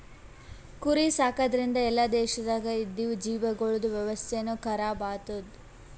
ಕುರಿ ಸಾಕದ್ರಿಂದ್ ಎಲ್ಲಾ ದೇಶದಾಗ್ ಇದ್ದಿವು ಜೀವಿಗೊಳ್ದ ವ್ಯವಸ್ಥೆನು ಖರಾಬ್ ಆತ್ತುದ್